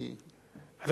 כן, נכון.